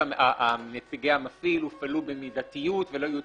נציגי המפעיל הופעלו במידתיות ולא יהיו תלונות.